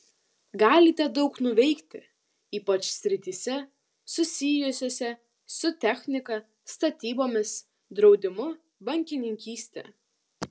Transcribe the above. galite daug nuveikti ypač srityse susijusiose su technika statybomis draudimu bankininkyste